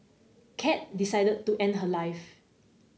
cat decided to end her life